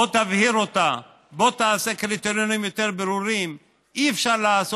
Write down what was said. בוא תבהיר אותה, בוא תעשה קריטריונים יותר ברורים.